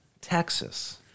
Texas